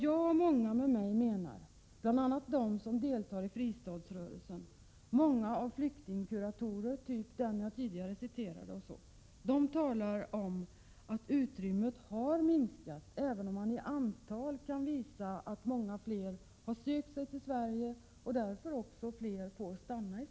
Jag och många med mig —- verksamma inom fristadsrörelsen, många flyktingkuratorer som den som jag tidigare citerade osv. — menar att utrymmet har minskat, även om det kan påvisas att många fler har sökt sig till Sverige och att därför också fler får stanna här.